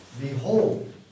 Behold